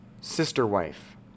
sister-wife